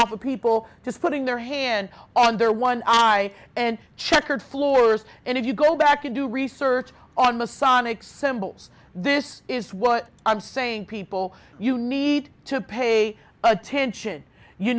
off of people just putting their hand on their one eye and checkered floors and if you go back and do research on masonic symbols this is what i'm saying people you need to pay attention you